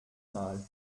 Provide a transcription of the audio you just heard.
mal